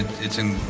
it's and